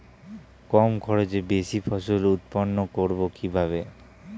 কম খরচে বেশি ফসল উৎপন্ন করব কিভাবে?